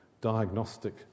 diagnostic